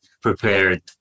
prepared